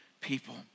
people